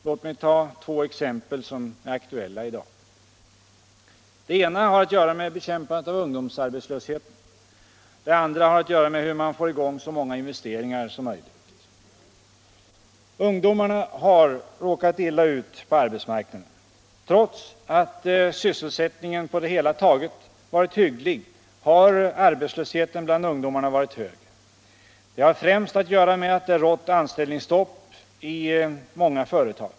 Låt mig ta två exempel som är aktuella i dag: Det ena har att göra med bekämpandet av ungdomsarbetslösheten, det andra har att göra med hur man skall få i gång så många investeringar som möjligt. Ungdomarna har råkat illa ut på arbetsmarknaden. Trots att sysselsättningen på det hela taget varit hygglig har arbetslösheten bland ung domarna varit hög. Detta har främst att göra med att det rått anställningsstopp i många företag.